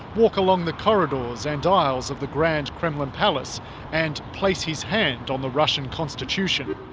walk along the corridors and aisles of the grand kremlin palace and placed his hand on the russian constitution.